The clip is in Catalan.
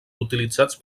utilitzats